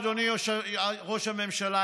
אדוני ראש הממשלה,